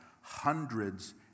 hundreds